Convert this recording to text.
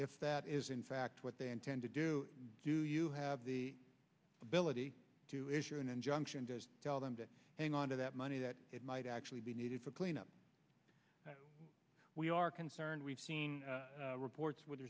if that is in fact what they intend to do do you have the ability to issue an injunction to tell them to hang on to that money that it might actually be needed for cleanup we are concerned we've seen reports with